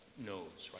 no's, right,